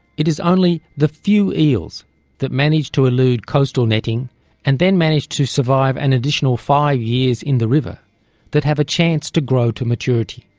it is only the few eels that manage to elude coastal netting and then manage to survive survive an additional five years in the river that have a chance to grow to maturity,